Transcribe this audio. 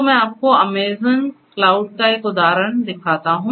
तो मैं आपको अमेज़ॅन क्लाउड का एक उदाहरण दिखाता हूं